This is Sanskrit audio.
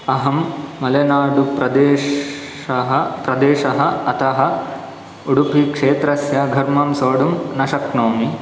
अहं मलेनाडुप्रदेशः प्रदेशः अतः उडुपिक्षेत्रस्य घर्मं सोढुं न शक्नोमि